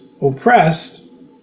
Oppressed